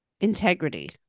integrity